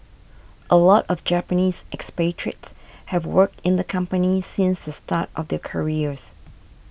a lot of Japanese expatriates have worked in the company since the start of their careers